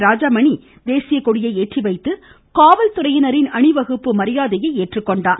ராஜாமணி தேசியகொடியை ஏற்றிவைத்து காவல்துறையினரின் அணிவகுப்பு மரியாதையை ஏற்றுக்கொண்டார்